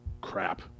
Crap